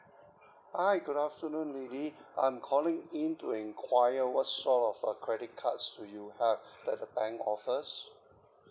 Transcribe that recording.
hi good afternoon lily I'm calling in to enquire what sort of a credit cards do you have that the bank offers